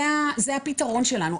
זה הפתרון שלנו.